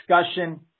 discussion